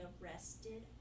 arrested